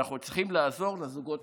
ואנחנו צריכים לעזור לזוגות